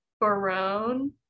barone